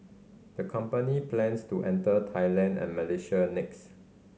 the company plans to enter Thailand and Malaysia next